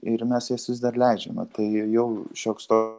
ir mes jas vis dar leidžiame tai jau šioks toks